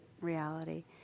reality